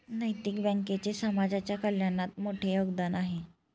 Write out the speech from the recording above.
नैतिक बँकेचे समाजाच्या कल्याणात मोठे योगदान आहे